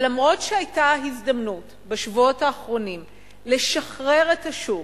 אף שהיתה הזדמנות בשבועות האחרונים לשחרר את השוק,